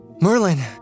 Merlin